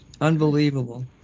unbelievable